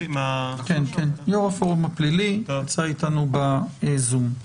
יו"ר הפורום הפלילי, נמצא איתנו בזום.